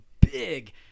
big